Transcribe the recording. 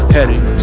Heading